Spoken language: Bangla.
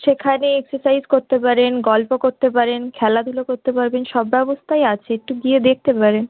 সেখানে এক্সারসাইজ করতে পারেন গল্প করতে পারেন খেলাধুলো করতে পারবেন সব ব্যবস্থাই একটু গিয়ে দেখতে পারেন